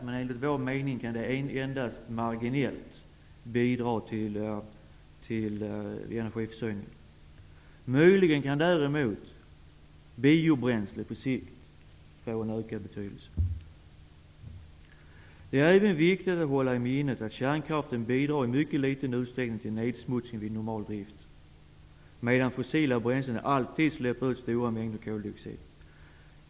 Men enligt vår mening kan de endast marginellt bidra till energiförsörjningen. Däremot kan möjligen biobränsle på sikt få en ökad betydelse. Det är även viktigt att hålla i minnet att kärnkraften bidrar i mycket liten utsträckning till nedsmutsning vid normal drift, medan fossila bränslen alltid släpper ut stora mängder koldioxid.